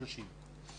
כן.